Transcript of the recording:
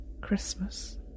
Christmas